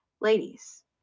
ladies